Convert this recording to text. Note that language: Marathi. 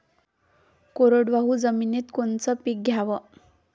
कोरडवाहू जमिनीत कोनचं पीक घ्याव?